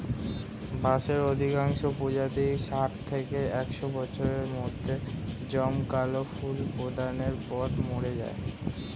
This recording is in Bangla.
বাঁশের অধিকাংশ প্রজাতিই ষাট থেকে একশ বছরের মধ্যে জমকালো ফুল প্রদানের পর মরে যায়